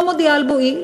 לא מודיעה על בואי,